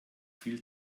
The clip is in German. viel